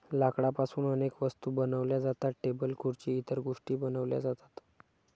लाकडापासून अनेक वस्तू बनवल्या जातात, टेबल खुर्सी इतर गोष्टीं बनवल्या जातात